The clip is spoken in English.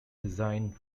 design